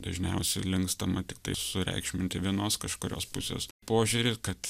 dažniausiai linkstama tiktai sureikšminti vienos kažkurios pusės požiūrį kad